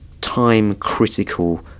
time-critical